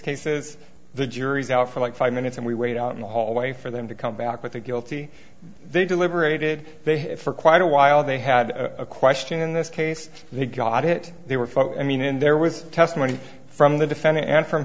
cases the jury's out for like five minutes and we wait out in the hallway for them to come back with a guilty they deliberated for quite a while they had a question in this case they got it they were folk and then in there was testimony from the defendant and from